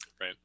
Right